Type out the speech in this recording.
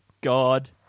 God